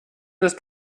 ist